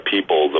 People